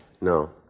No